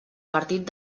partit